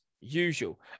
usual